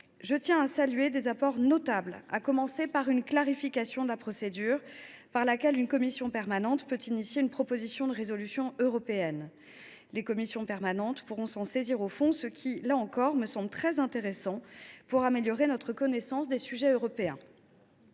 je tiens à le souligner. Il en va ainsi de la clarification de la procédure par laquelle une commission permanente peut déposer une proposition de résolution européenne. Les commissions permanentes pourront se saisir au fond, ce qui, là encore, me semble très intéressant pour améliorer notre connaissance des sujets européens.